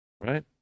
Right